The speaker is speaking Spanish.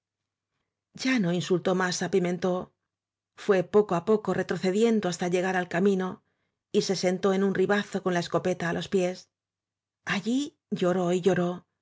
ya no insultó más á pimentó fué poco á poco retrocediendo hasta llegar al camino y se sentó en un ribazo con la escopeta á los pies allí lloró y lloró